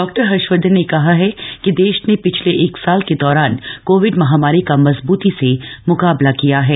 डॉ हर्षवर्धन ने कहा है कि देश ने पिछले एक साल के दौराम कोविड महामप्री का मजबूती से म्काबला किया है